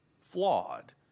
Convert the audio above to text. flawed